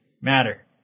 matter